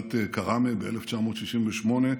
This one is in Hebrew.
מפעולת כראמה ב-1968,